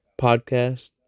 Podcast